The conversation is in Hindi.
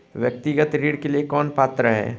व्यक्तिगत ऋण के लिए कौन पात्र है?